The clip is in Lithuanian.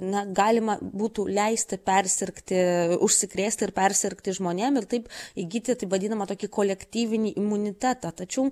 na galima būtų leisti persirgti užsikrėsti ir persirgti žmonėm ir taip įgyti taip vadinamą tokį kolektyvinį imunitetą tačiau